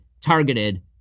targeted